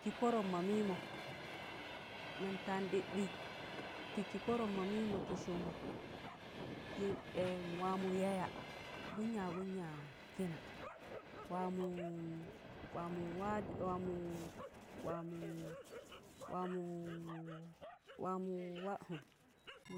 ki kọọrọm mọ miimọ nan taan ɗikɗik tiki kọọrọm mọ mii ti sụm, wamọ yaya gụm yaaz gụm yaaz kina waa mụ wa mụụ waa zẹ waa mụụ waa mụụ waa mụụ waa mo.